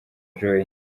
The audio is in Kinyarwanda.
joy